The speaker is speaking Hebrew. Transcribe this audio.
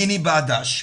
פיני בדש,